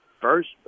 first